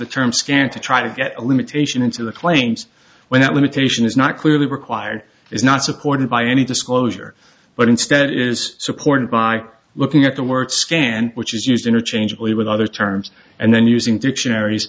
the term scan to try to get a limitation into the claims when that limitation is not clearly required is not supported by any disclosure but instead is supported by looking at the word scan which is used interchangeably with other terms and then using dictionaries